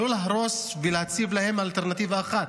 לא להרוס ולהציב להם אלטרנטיבה אחת.